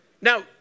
Now